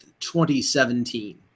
2017